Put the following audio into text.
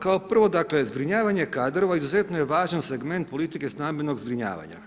Kao prvo, dakle zbrinjavanje kadrova izuzetno je važan segment politike stambenog zbrinjavanja.